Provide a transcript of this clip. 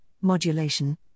modulation